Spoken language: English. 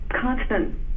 constant